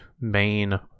main